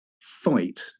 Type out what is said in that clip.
fight